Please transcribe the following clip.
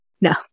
No